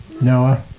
Noah